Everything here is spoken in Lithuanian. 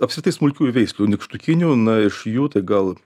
apskritai smulkiųjų veislių nykštukinių na iš jų tai gal